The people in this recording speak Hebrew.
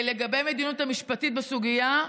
לגבי המדיניות המשפטית בסוגיה,